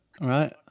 Right